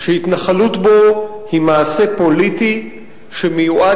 שהתנחלות בו היא מעשה פוליטי שמיועד